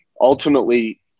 ultimately